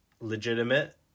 legitimate